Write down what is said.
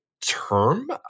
term